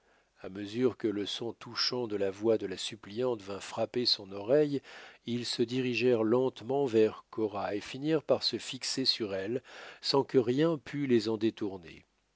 à mesure que le son touchant de la voix de la suppliante vint frapper son oreille ils se dirigèrent lentement vers cora et finirent par se fixer sur elle sans que rien pût les en détourner